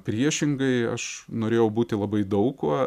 priešingai aš norėjau būti labai daug kuo